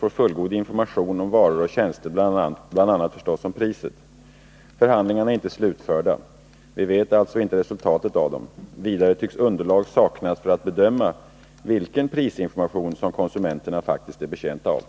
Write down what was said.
Anser handelsministern det vara tillfredsställande att en allmän prisinformation inte kommer till stånd i ett läge då konsumenterna på grund av sänkt köpkraft behöver vara mera prismedvetna än förut?